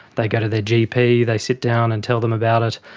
they go to their gp, they sit down and tell them about it,